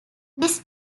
this